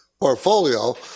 portfolio